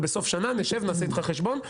ובסוף שנה לשבת ולעשות איתם חשבון.